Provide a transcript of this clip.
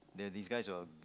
then these guys were